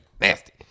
Nasty